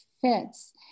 fits